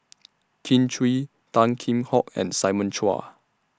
Kin Chui Tan Kheam Hock and Simon Chua